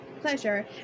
pleasure